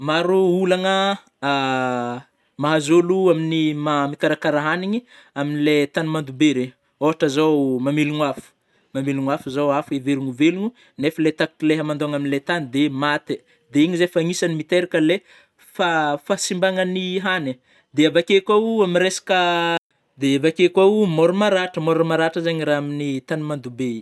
Maro olagna mahazo ôlo aminy maha mikarakara hagniny amle tany mando be regny ôhatra zao mamelogna afo- mamelogno afo zao afo everiny ho velogno nefa le takatranle amandona amle tany de maty, de igny zai fa agnisany miteraka le fa-fahasimbagnany hagny de avakeo koa am resaka- de avakeo koa môra maratra- môra maratra zegny ra aminy tany mando be igny.